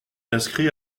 inscrits